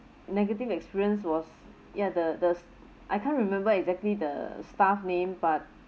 negative experience was ya the the I can't remember exactly the staff name but